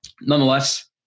Nonetheless